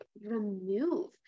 remove